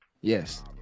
yes